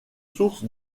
sources